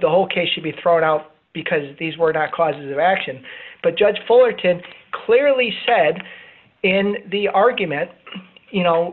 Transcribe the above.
the whole case should be thrown out because these were not causes of action but judge fullerton clearly said in the argument you know